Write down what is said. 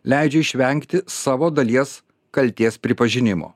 leidžia išvengti savo dalies kaltės pripažinimo